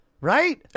right